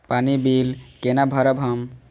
पानी बील केना भरब हम?